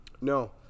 No